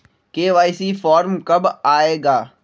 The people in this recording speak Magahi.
के.वाई.सी फॉर्म कब आए गा?